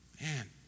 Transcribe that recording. man